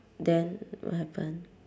then what happen